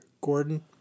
Gordon